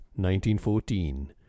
1914